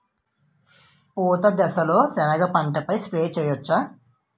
పూత దశలో సెనగ పంటపై స్ప్రే చేయచ్చా?